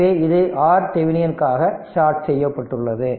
எனவே இது RThevenin க்காக ஷார்ட் செய்யப்பட்டுள்ளது